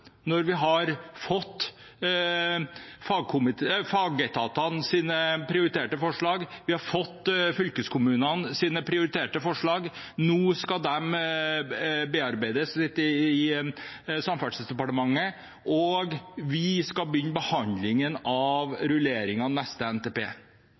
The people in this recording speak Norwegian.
når vi har fått fagetatenes prioriterte forslag, og vi har fått fylkeskommunenes prioriterte forslag. Nå skal de bearbeides litt i Samferdselsdepartementet, og vi skal begynne behandlingen